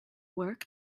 work